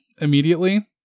immediately